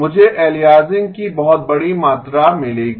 मुझे एलियासिंग की बहुत बड़ी मात्रा मिलेगी